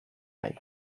nahi